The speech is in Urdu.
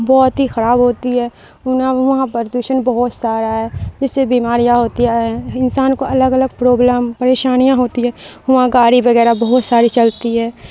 بہت ہی خراب ہوتی ہے وہاں پردوشن بہت سارا ہے جس سے بیماریاں ہوتی ہے انسان کو الگ الگ پرابلم پریشانیاں ہوتی ہے وہاں گاڑی وغیرہ بہت ساری چلتی ہے